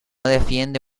defiende